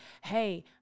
hey